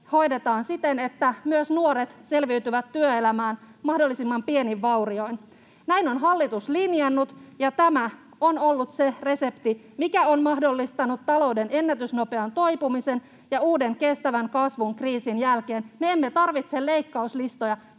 hoidetaan siten, että myös nuoret selviytyvät työelämään mahdollisimman pienin vaurioin. Näin on hallitus linjannut, ja tämä on ollut se resepti, joka on mahdollistanut talouden ennätysnopean toipumisen ja uuden kestävän kasvun kriisin jälkeen. Me emme tarvitse leikkauslistoja.